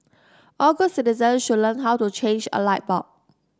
all good citizen should learn how to change a light bulb